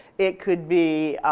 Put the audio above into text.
it could be